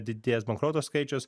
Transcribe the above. didės bankrotų skaičius